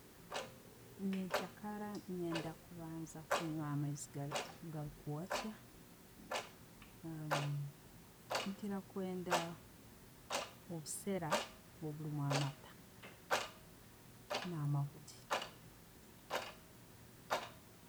Nyenkya kara nyenda kubanza kunywa amaiizi agari kwokya. Nkira kwenda obuseera obullimu amaata na'amahuuli.